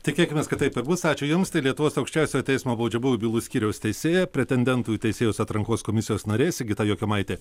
tikėkimės kad taip ir bus ačiū jums tai lietuvos aukščiausiojo teismo baudžiamųjų bylų skyriaus teisėja pretendentų į teisėjus atrankos komisijos narė sigita jokimaitė